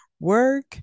work